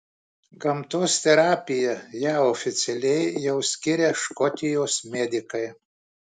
gamtos terapija ją oficialiai jau skiria škotijos medikai